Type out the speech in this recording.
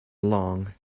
long